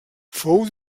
fou